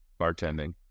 bartending